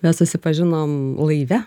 mes susipažinom laive